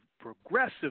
progressive